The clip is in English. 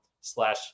slash